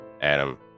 Adam